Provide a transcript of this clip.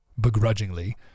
begrudgingly